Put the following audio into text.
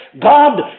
God